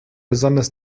besonders